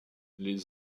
les